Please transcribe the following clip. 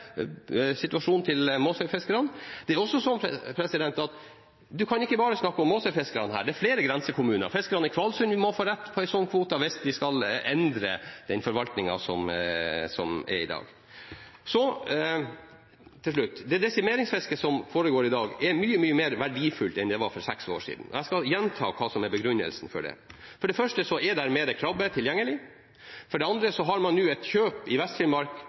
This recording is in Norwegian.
situasjonen til Måsøy-fiskerne. Det er også slik at man kan ikke bare snakke om Måsøy-fiskerne. Det er flere grensekommuner. Fiskerne i Kvalsund må også få rett på en slik kvote hvis man skal endre den forvaltningen som er i dag. Til slutt: Det desimeringsfisket som foregår i dag, er mye mer verdifullt enn det var for seks år siden. Jeg skal gjenta hva som er begrunnelsen for det. For det første er det mer krabbe tilgjengelig. For det andre har man nå et kjøp i